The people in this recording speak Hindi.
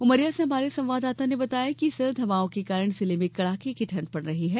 उमरिया से हमारे संवाददाता ने बताया है कि सर्द हवाओं के कारण जिले में कड़ाके की ठंड पड़ रही है